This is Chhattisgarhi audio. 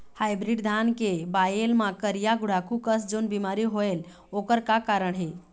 हाइब्रिड धान के बायेल मां करिया गुड़ाखू कस जोन बीमारी होएल ओकर का कारण हे?